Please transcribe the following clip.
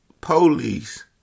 police